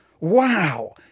Wow